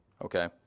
okay